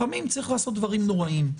לפעמים צריך לעשות דברים נוראיים.